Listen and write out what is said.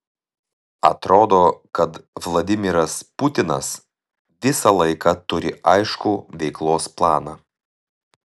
atrodo kad vladimiras putinas visą laiką turi aiškų veiklos planą